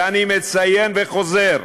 ואני מציין וחוזר: